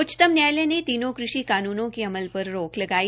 उच्चतम न्यायालय ने तीनों कृषि कानूनों के अमल पर रोक लगाई